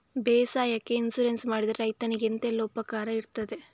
ಬೇಸಾಯಕ್ಕೆ ಇನ್ಸೂರೆನ್ಸ್ ಮಾಡಿದ್ರೆ ರೈತನಿಗೆ ಎಂತೆಲ್ಲ ಉಪಕಾರ ಇರ್ತದೆ?